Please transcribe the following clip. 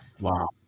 Wow